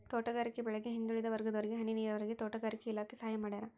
ತೋಟಗಾರಿಕೆ ಬೆಳೆಗೆ ಹಿಂದುಳಿದ ವರ್ಗದವರಿಗೆ ಹನಿ ನೀರಾವರಿಗೆ ತೋಟಗಾರಿಕೆ ಇಲಾಖೆ ಸಹಾಯ ಮಾಡ್ಯಾರ